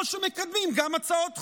או שמקדמים גם הצעות חוק.